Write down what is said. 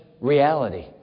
reality